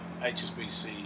HSBC